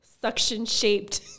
suction-shaped